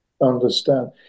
understand